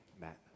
Matt